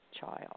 child